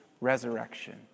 resurrection